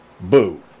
boo